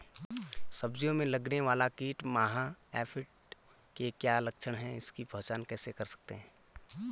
सब्जियों में लगने वाला कीट माह एफिड के क्या लक्षण हैं इसकी पहचान कैसे कर सकते हैं?